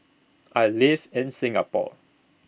I live in Singapore